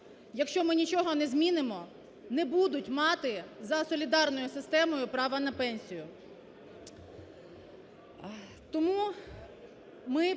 якщо ми нічого не змінимо, не будуть мати за солідарною системою права на пенсію.